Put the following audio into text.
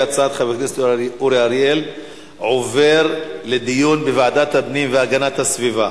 הצעת חבר הכנסת אורי אריאל עובר לדיון בוועדת הפנים והגנת הסביבה.